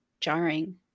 jarring